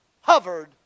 hovered